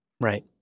Right